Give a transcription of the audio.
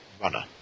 runner